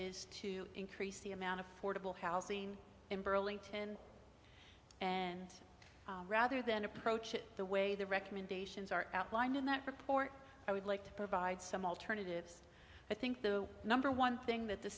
is to increase the amount affordable housing in burlington and rather than approach it the way the recommendations are outlined in that report i would like to provide some alternatives i think the number one thing that the